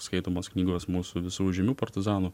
skaitomos knygos mūsų visų žymių partizanų